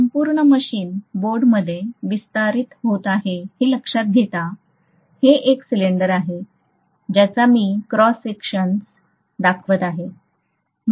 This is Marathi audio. हे संपूर्ण मशीन बोर्डमध्ये विस्तारत आहे हे लक्षात घेता हे एक सिलेंडर आहे ज्याचा मी क्रॉस सेक्शन दर्शवित आहे